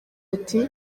ati